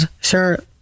sure